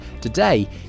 today